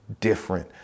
different